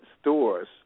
stores